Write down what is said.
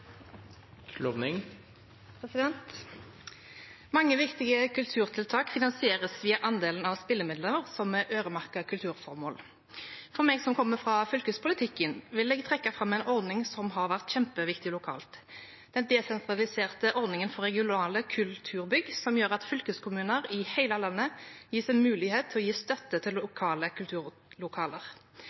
Mange viktige kulturtiltak finansieres via andelen av spillemidler som er øremerket kulturformål. Jeg som kommer fra fylkespolitikken, vil trekke fram en ordning som har vært kjempeviktig lokalt, nemlig den desentraliserte ordningen for regionale kulturbygg som gjør at fylkeskommuner i hele landet gis en mulighet til å gi støtte til lokale kulturlokaler.